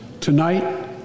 Tonight